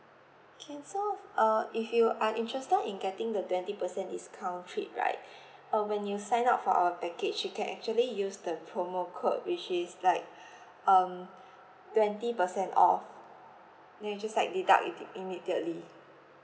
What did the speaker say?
can so uh if you are interested in getting the twenty percent discount trip right uh when you sign up for our package you can actually use the promo code which is like um twenty percent off then you just like deduct it immediately